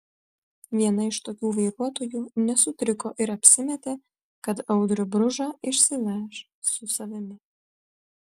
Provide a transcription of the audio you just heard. viena iš tokių vairuotojų nesutriko ir apsimetė kad audrių bružą išsiveš su savimi